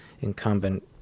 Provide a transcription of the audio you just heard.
incumbent